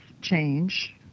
change